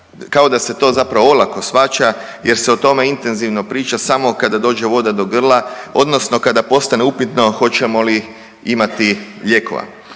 kao da se to zapravo olako shvaća jer se o tome intenzivno priča samo kada dođe voda do grla odnosno kada postane upitno hoćemo li imati lijekova